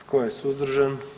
Tko je suzdržan?